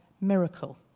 Miracle